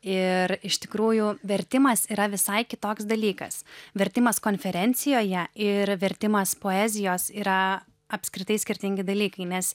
ir iš tikrųjų vertimas yra visai kitoks dalykas vertimas konferencijoje ir vertimas poezijos yra apskritai skirtingi dalykai nes